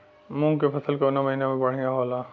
मुँग के फसल कउना महिना में बढ़ियां होला?